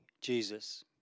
Jesus